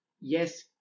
yes